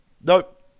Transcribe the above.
Nope